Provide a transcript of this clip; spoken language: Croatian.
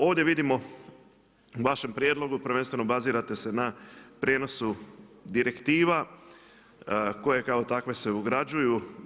Ovdje vidimo u vašem prijedlogu prvenstveno bazirate se na prijenosu direktiva koje kao takve se ugrađuju.